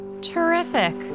Terrific